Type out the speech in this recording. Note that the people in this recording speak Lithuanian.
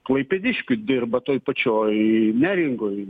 klaipėdiškių dirba toj pačioj neringoj